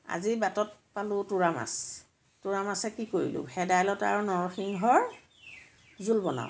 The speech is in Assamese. আজি বাটত পালোঁ টোৰা মাছ টোৰা মাছে কি কৰিলোঁ ভেদাইলতা আৰু নৰসিংহৰ জোল বনাওঁ